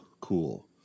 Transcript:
cool